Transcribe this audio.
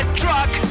truck